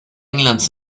englands